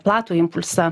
platų impulsą